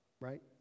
right